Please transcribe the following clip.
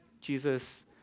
Jesus